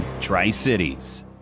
Tri-Cities